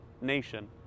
nation